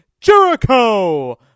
Jericho